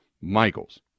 Michaels